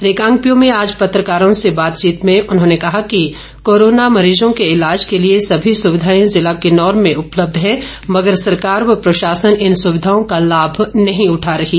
रिकांगपिओ में आज पत्रकारों से बातचीत में उन्होंने कहा कि कोरोना मरीजों के इलाज के लिए सभी सविधाएं जिला किन्नौर में उपलब्ध है मगर सरकार व प्रशासन इन सुविधाओं का लाभ नहीं उठा रही है